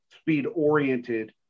speed-oriented